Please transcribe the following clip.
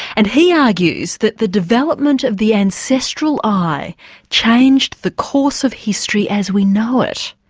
and he argues that the development of the ancestral eye changed the course of history as we know it.